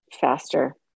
faster